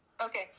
Okay